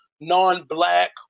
non-Black